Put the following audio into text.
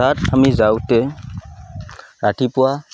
তাত আমি যাওঁতে ৰাতিপুৱা